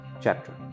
chapter